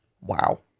Wow